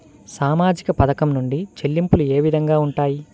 సామాజిక పథకం నుండి చెల్లింపులు ఏ విధంగా ఉంటాయి?